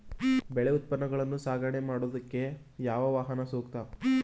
ಬೆಳೆ ಉತ್ಪನ್ನಗಳನ್ನು ಸಾಗಣೆ ಮಾಡೋದಕ್ಕೆ ಯಾವ ವಾಹನ ಸೂಕ್ತ?